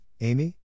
Amy